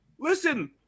Listen